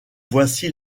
voici